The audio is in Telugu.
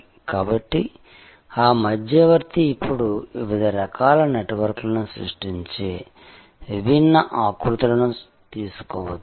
కాబట్టి ఆ మధ్యవర్తి ఇప్పుడు వివిధ రకాల నెట్వర్క్లను సృష్టించే విభిన్న ఆకృతులను తీసుకోవచ్చు